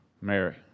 Mary